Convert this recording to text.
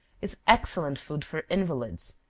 is excellent food for invalids,